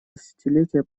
десятилетие